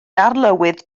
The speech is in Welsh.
arlywydd